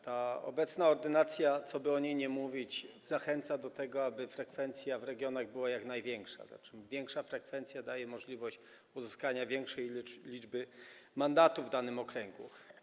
Ta obecna ordynacja, cokolwiek by o niej mówić, zachęca do tego, aby frekwencja w regionach była jak największa, bo większa frekwencja daje możliwość uzyskania większej liczby mandatów w danym okręgu.